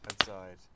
outside